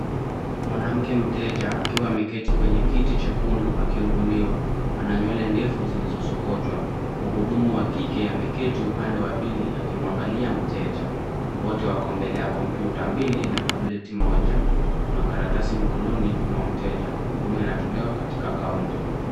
Mwanamke mteja akiwa ameketi kwenye kiti chekundu akihudumiwa. Ana nywele ndefu zilizosokotwa, muhudumu wa kike na ameketi upande wa pili akimwangalia mteja. Wote wako mbelea computer mbili na tableti moja. Kuna karatasi mkononi. Huduma inatole katika kaunta.